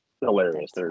hilarious